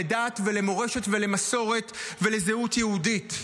לדת ולמורשת ולמסורת ולזהות יהודית.